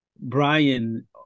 Brian